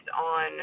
on